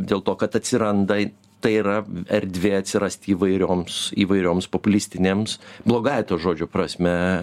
dėl to kad atsiranda tai yra erdvė atsirasti įvairioms įvairioms populistinėms blogąja to žodžio prasme